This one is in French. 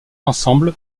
ensemble